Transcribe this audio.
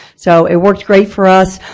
so it worked great for us.